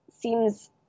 seems